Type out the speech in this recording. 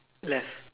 left